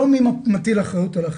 לא מי מטיל אחריות על אחר.